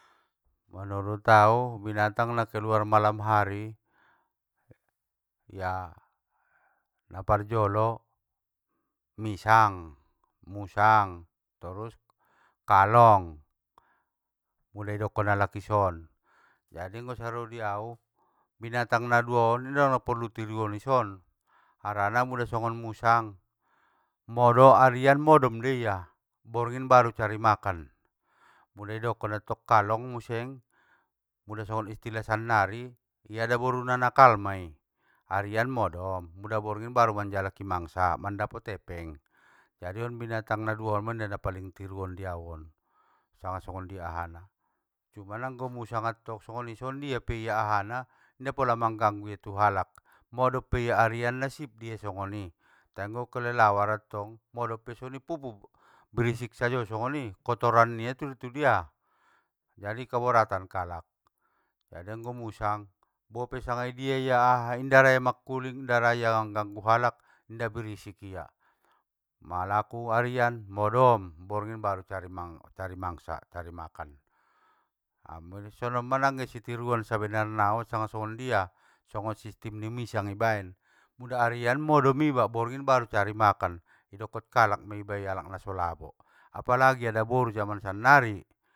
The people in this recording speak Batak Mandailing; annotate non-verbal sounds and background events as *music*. Manurut au binatang na keluar malam hari, ya naparjolo, misang musang, torus kalong, muda idokon alak ison. Jadi anggo saro diau, binatang nadua on ngana a porlu tiruon i son, harana mula songon musang, modo arian modom deia, borngin baru cari makan, pula idokon anttong kalong museng! Mula songon istilah sannari i adaboruna nakal mai, arian modom pala borngin baru manjalaki mangsa mandapot epeng *noise* jadi on binatang naduaon manangana di tiruon diauon sanga songondia ahana. Cuman anggo musang antong songoni songondia pe ia ahana, inda pola mangganggu ia tu halak, modom peia arian nasip deia songoni, tai anggo kelelawar attong, modom pe songoni pupu brisik sajo songoni kotoran nia turtudia!, jadi kaboratan kalak. Jadi anggo musang, bope sanga ijia ia aha, inda raia makkuling inda raia mangganggu halak, inda brisik ia, malaku arian modom! Borngin baru cari mang- cari mangsa cari makan, a mule songonma nggana setiruon sabenarna on sanga songondia, songon sistim ni misang i baen, muda arian modom iba! Borngin baru cari makan, idokon kalak mei iba alak nasolabo, apalagi adaboru jaman sannari!.